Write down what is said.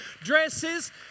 dresses